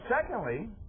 Secondly